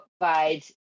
provides